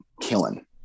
killing